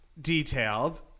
detailed